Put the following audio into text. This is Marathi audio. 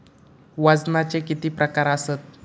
वजनाचे किती प्रकार आसत?